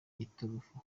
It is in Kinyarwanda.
iturufu